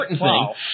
Wow